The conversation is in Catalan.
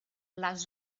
les